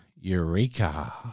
Eureka